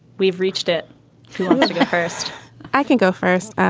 we've reached it first i can go first.